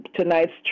Tonight's